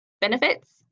benefits